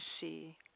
see